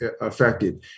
affected